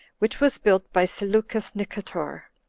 which was built by seleucus nicator.